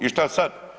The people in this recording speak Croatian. I šta sad?